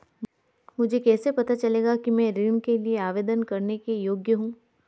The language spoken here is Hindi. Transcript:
मुझे कैसे पता चलेगा कि मैं ऋण के लिए आवेदन करने के योग्य हूँ?